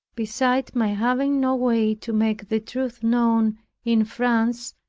beside my having no way to make the truth known in france,